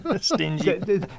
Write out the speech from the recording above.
Stingy